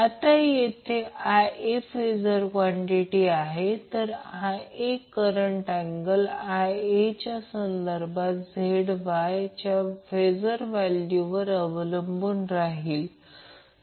आता येथे Ia phasor quantity आहे तर Ia करंटचा अँगल Va च्या संदर्भात ZY च्या फेजर व्हॅल्यूवर अवलंबून राहील